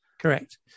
Correct